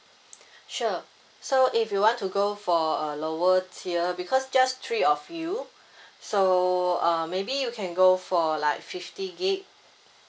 sure so if you want to go for a lower tier because just three of you so uh maybe you can go for like fifty gig